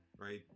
Right